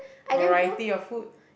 variety of food